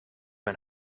een